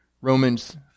Romans